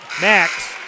Max